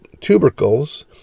tubercles